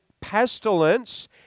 pestilence